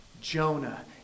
Jonah